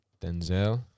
denzel